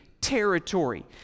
territory